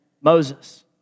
Moses